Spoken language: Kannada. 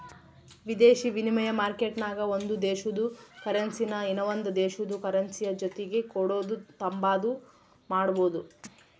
ವಿದೇಶಿ ವಿನಿಮಯ ಮಾರ್ಕೆಟ್ನಾಗ ಒಂದು ದೇಶುದ ಕರೆನ್ಸಿನಾ ಇನವಂದ್ ದೇಶುದ್ ಕರೆನ್ಸಿಯ ಜೊತಿಗೆ ಕೊಡೋದು ತಾಂಬಾದು ಮಾಡ್ಬೋದು